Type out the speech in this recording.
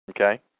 Okay